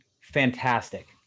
fantastic